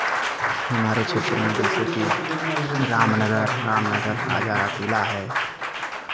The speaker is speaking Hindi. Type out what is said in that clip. हमारे क्षेत्र में जैसे कि रामनगर रामनगर राजा का किला है